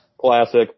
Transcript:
Classic